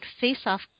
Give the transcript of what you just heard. face-off